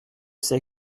c’est